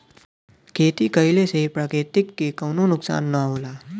खेती कइले से प्रकृति के कउनो नुकसान ना होला